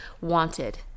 wanted